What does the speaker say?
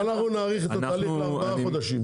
אז אנחנו נאריך את התהליך לארבעה חודשים,